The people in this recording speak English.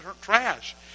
trash